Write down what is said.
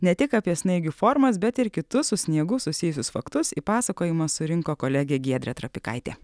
ne tik apie snaigių formas bet ir kitus su sniegu susijusius faktus į pasakojimą surinko kolegė giedrė trapikaitė